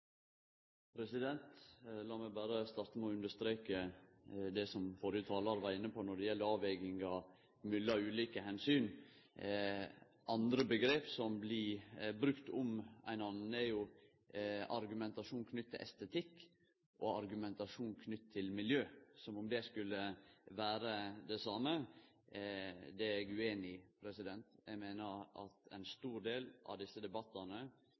var inne på når det gjeld avveginga mellom ulike omsyn. Andre omgrep som blir brukte om einannan, er jo argumentasjon knytt til estetikk og argumentasjon knytt til miljø, som om det skulle vere det same. Det er eg ueinig i. Eg meiner at ein stor del av desse debattane